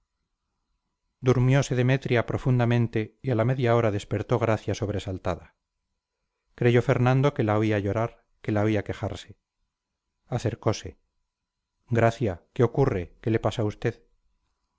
durmiose demetria profundamente y a la media hora despertó gracia sobresaltada creyó fernando que la oía llorar que la oía quejarse acercose gracia qué ocurre qué le pasa a usted